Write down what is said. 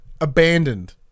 abandoned